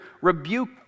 rebuke